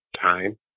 time